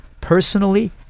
personally